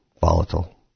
volatile